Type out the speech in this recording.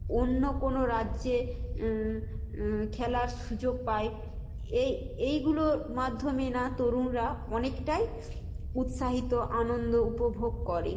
অন্য কোনো রাজ্যে খেলার সুযোগ পায় এই এইগুলোর মাধ্যমে না তরুণরা অনেকটাই উৎসাহিত আনন্দ উপভোগ করে